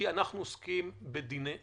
כי אנחנו עוסקים בדיני נפשות.